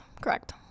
correct